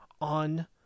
on